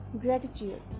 gratitude